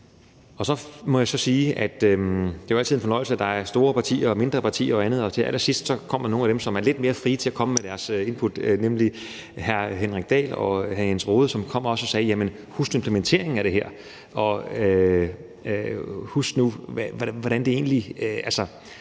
Så må jeg så sige, at det jo altid er en fornøjelse, at der er store partier og mindre partier og andet, og til allersidst kommer nogle af dem, som er lidt mere frie til at komme med deres input, nemlig hr. Henrik Dahl og hr. Jens Rohde, som sagde: Husk nu implementeringen af det her. Målet er jo ikke at